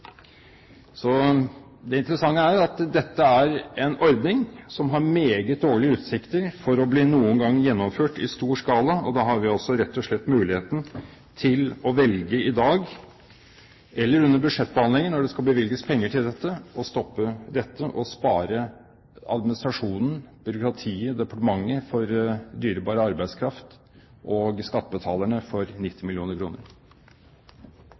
Det interessante er at dette er en ordning som har meget dårlige utsikter til noen gang å bli gjennomført i stor skala. Da har vi altså rett og slett muligheten til å velge – i dag eller under budsjettbehandlingen når det skal bevilges penger til dette – å stoppe dette og spare administrasjonen, byråkratiet, departementet for dyrebar arbeidskraft og skattebetalerne for 90